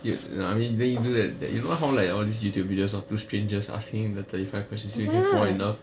ya no I mean then you do that that you how like all these youtube videos of two strangers asking the thirty five questions to see if you can fall in love